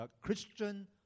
Christian